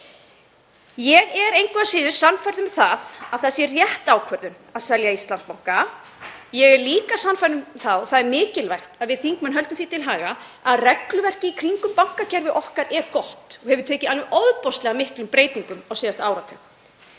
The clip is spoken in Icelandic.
Ég er engu að síður sannfærð um að það sé rétt ákvörðun að selja Íslandsbanka. Ég er líka sannfærð um það, og það er mikilvægt að við þingmenn höldum því til haga, að regluverkið í kringum bankakerfið okkar er gott og hefur tekið miklum breytingum á síðasta áratug.